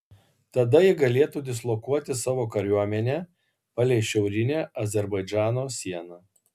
tada ji galėtų dislokuoti savo kariuomenę palei šiaurinę azerbaidžano sieną